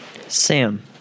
Sam